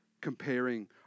comparing